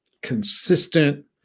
consistent